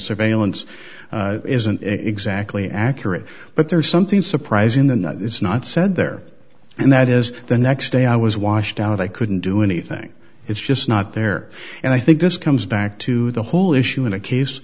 surveillance isn't exactly accurate but there's something surprising then that it's not said there and that is the next day i was washed out i couldn't do anything it's just not there and i think this comes back to the whole issue in a case